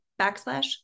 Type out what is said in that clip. backslash